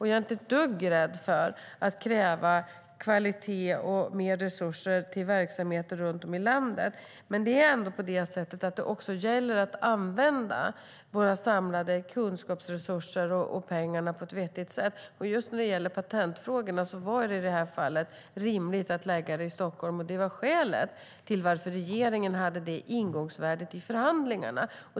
Jag är inte ett dugg rädd för att kräva kvalitet och mer resurser till verksamheter runt om i landet. Men det gäller också att använda våra samlade kunskapsresurser och pengar på ett vettigt sätt. När det gäller patentfrågorna var det i det här fallet rimligt att lägga det i Stockholm, och det var skälet till att regeringen hade det ingångsvärdet i förhandlingarna.